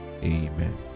Amen